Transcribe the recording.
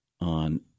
on